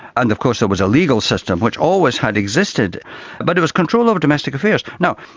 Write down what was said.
and of course there was a legal system which always had existed but it was control over domestic affairs. now,